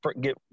get